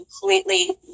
completely